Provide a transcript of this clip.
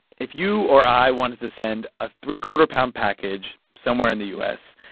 if you or i wanted to send a three-quarter-pound package somewhere in the u s,